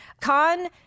Khan